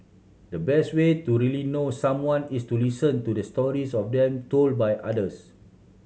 the best way to really know someone is to listen to the stories of them told by others